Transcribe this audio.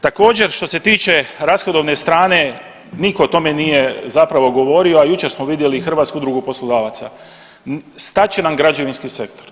Također što se tiče rashodovne strane niko o tome nije zapravo govorio, a jučer smo vidjeli Hrvatsku udrugu poslodavaca, stat će nam građevinski sektor.